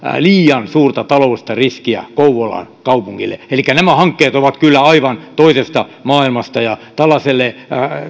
liian suurta taloudellista riskiä kouvolan kaupungille elikkä nämä hankkeet ovat kyllä aivan toisesta maailmasta ja tällaiselle